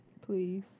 Please